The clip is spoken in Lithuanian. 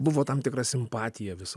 buvo tam tikra simpatija visą